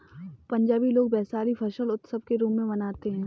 पंजाबी लोग वैशाखी फसल उत्सव के रूप में मनाते हैं